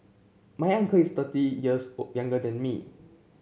my uncle is thirty years younger than me